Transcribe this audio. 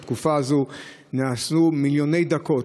בתקופה הזו נעשו מיליוני דקות.